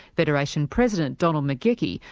federation president, donald mcgauchie,